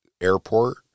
airport